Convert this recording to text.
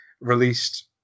released